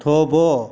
થોભો